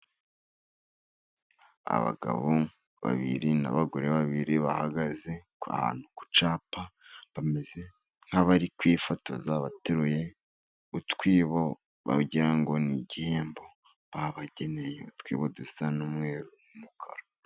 Abagabo babiri n'abagore babiri, bahagaze ahantu ku cyapa, bameze nk'abari kwifotoza bateruye utwibo. Wagira ngo ni igihembo babageneye, Utwibo dusa n'umweru n'umukara.